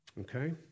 Okay